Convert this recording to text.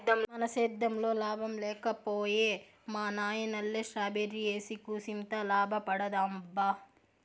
మన సేద్దెంలో లాభం లేక పోయే మా నాయనల్లె స్ట్రాబెర్రీ ఏసి కూసింత లాభపడదామబ్బా